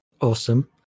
Awesome